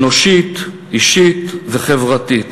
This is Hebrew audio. אנושית, אישית וחברתית.